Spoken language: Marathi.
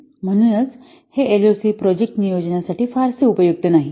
म्हणूनच हे एलओसी प्रोजेक्ट नियोजनासाठी फारसे उपयुक्त नाही